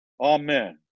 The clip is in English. Amen